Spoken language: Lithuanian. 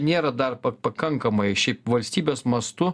nėra dar pakankamai šiaip valstybės mastu